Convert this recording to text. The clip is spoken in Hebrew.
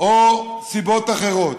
או סיבות אחרות.